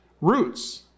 roots